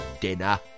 dinner